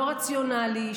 לא רציונלי,